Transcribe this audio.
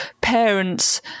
parents